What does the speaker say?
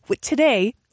Today